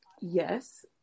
yes